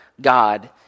God